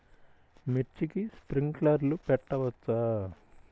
మిర్చికి స్ప్రింక్లర్లు పెట్టవచ్చా?